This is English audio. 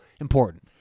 important